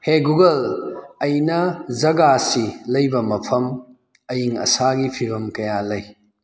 ꯍꯦ ꯒꯨꯒꯜ ꯑꯩꯅ ꯖꯒꯥꯁꯤ ꯂꯩꯕ ꯃꯐꯝ ꯑꯏꯡ ꯑꯁꯥꯒꯤ ꯐꯤꯕꯝ ꯀꯌꯥ ꯂꯩ